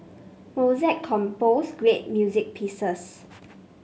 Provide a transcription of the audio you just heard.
Mozart composed great music pieces